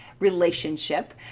relationship